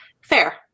Fair